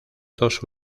dos